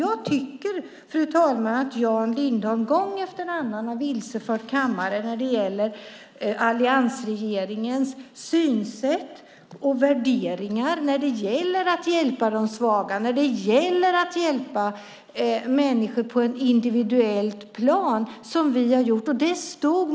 Jag tycker att Jan Lindholm gång efter annan har vilsefört kammaren om alliansregeringens synsätt och värderingar när det gäller att hjälpa de svaga och att hjälpa människor på ett individuellt plan, vilket vi har gjort.